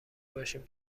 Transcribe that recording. باشیم